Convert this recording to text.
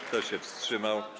Kto się wstrzymał?